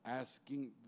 Asking